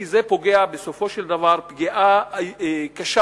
כי זה פוגע בסופו של דבר פגיעה קשה